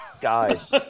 guys